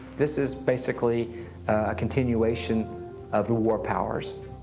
this is basically a continuation of the war powers.